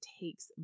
takes